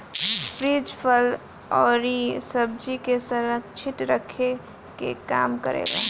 fridge फल अउरी सब्जी के संरक्षित रखे के काम करेला